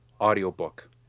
audiobook